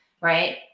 right